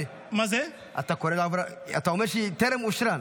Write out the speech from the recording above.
אתה אומר שהיא טרם אושרה,